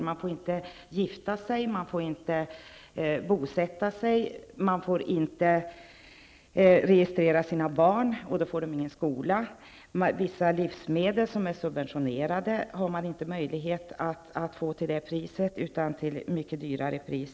Kurderna får inte gifta sig. De får inte bosätta sig. De får inte registrera sina barn, och dessa får då ingen skolundervisning. Vissa livsmedel som är subventionerade får de inte köpa till det lägre priset utan till ett mycket högre.